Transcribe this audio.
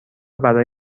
برای